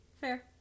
Fair